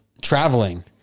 traveling